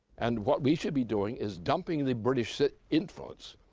and what we should be doing, is dumping the british influence,